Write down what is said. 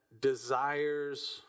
desires